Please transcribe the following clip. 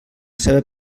ceba